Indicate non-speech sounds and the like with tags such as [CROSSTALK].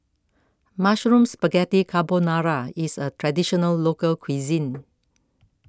Mushroom Spaghetti Carbonara is a Traditional Local Cuisine [NOISE]